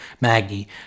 Maggie